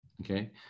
Okay